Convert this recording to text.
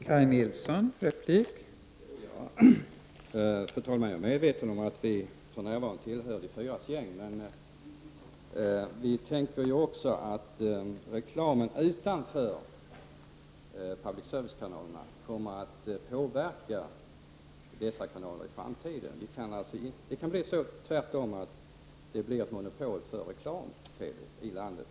Fru talman! Jag är medveten om att vi för närvarande tillhör de fyras gäng. Men vi tänker ju också på att reklamen utanför public service-kanalerna kommer att påverka dessa kanaler i framtiden. Det kan i själva verket hända att det blir ett monopol för reklam-TV i landet.